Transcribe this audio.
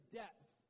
depth